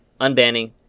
Unbanning